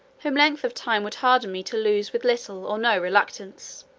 whom length of time would harden me to lose with little or no reluctance,